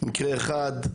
מקרה אחד,